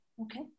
okay